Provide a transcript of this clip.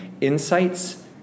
insights